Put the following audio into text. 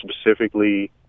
specifically